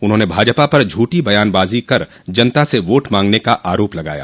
उन्होंने भाजपा पर झूठी बयानबाजी कर जनता से वोट मांगने का आरोप लगाया